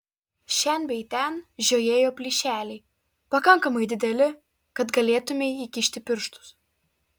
šen bei ten žiojėjo plyšeliai pakankamai dideli kad galėtumei įkišti pirštus